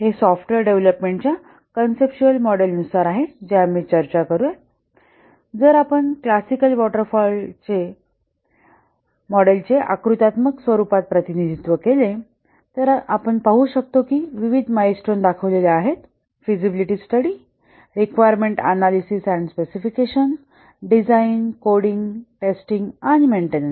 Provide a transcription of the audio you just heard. हे software development च्या conceptual model नुसार आहे जे आम्ही चर्चा करत होतो जर आपण क्लासिकल वॉटर फॉल चे मॉडेलचे आकृत्यात्मक स्वरूपात प्रतिनिधित्व केले तर आपण पाहू शकतो की विविध माईलस्टोन्स दाखवलेले आहेत feasibility study requirement analysis and specification design coding testing आणि मेन्टेनन्स